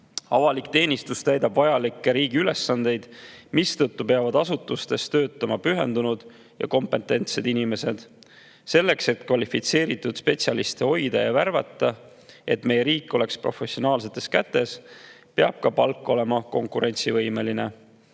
Avalik teenistus täidab vajalikke riigi ülesandeid, mistõttu peavad asutustes töötama pühendunud ja kompetentsed inimesed. Selleks et kvalifitseeritud spetsialiste hoida ja värvata, et meie riik oleks professionaalsetes kätes, peab palk olema konkurentsivõimeline.